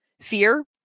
fear